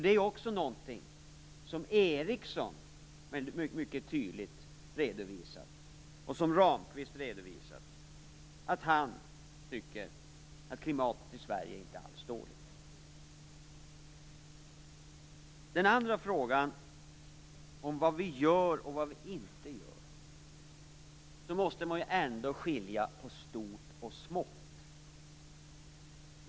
Det här är något som Ericsson mycket tydligt har redovisat. Ramqvist har redovisat att han inte alls tycker att klimatet i Sverige är dåligt. Den andra frågan gäller vad vi gör och vad vi inte gör. Då måste man ju ändå skilja på stort och smått.